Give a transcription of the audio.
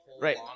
right